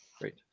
great